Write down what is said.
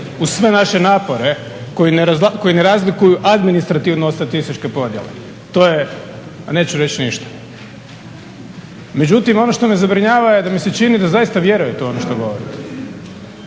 uz sve naše napore koji ne razlikuju administrativno od statističke podjele. To je ma neću reći ništa. Međutim ono što me zabrinjava je da mi se čini da zaista vjerujete u ono što govorite.